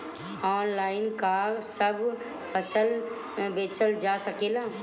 Online का सब फसल बेचल जा सकेला?